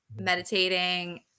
meditating